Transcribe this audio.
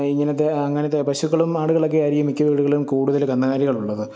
ഇങ്ങനത്തെ അങ്ങനത്തെ പശുക്കളും ആടുകളൊക്കെ ആയിരിക്കും മിക്ക വീടുകളിലും കൂടുതൽ കന്നുകാലികളുള്ളത്